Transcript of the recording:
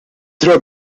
droga